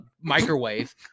microwave